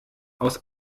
aus